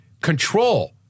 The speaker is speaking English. control